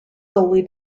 solely